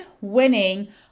winning